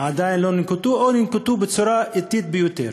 עדיין לא ננקטו, או ננקטו בצורה אטית ביותר.